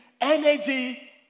Energy